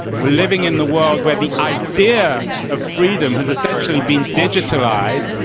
we're living in the world where the idea of freedom has essentially been digitalized,